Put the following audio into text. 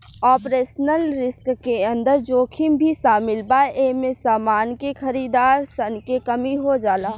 operational risk के अंदर जोखिम भी शामिल बा एमे समान के खरीदार सन के कमी हो जाला